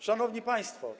Szanowni Państwo!